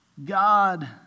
God